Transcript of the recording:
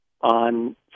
on